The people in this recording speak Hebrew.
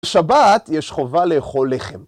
‫בשבת יש חובה לאכול לחם.